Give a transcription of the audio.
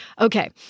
Okay